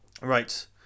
Right